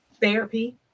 therapy